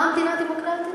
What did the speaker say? מה מדינה דמוקרטית?